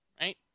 right